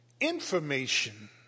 information